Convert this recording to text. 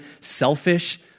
selfish